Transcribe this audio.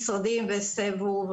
ראש אגף תכנון במשרד להגנת הסביבה,